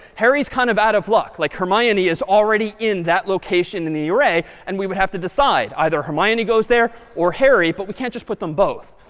harry's kind of out of luck like hermione is already in that location in the array. and we would have to decide, either hermione goes there or harry, but we can't just put them both.